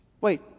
Wait